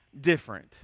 different